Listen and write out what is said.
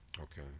Okay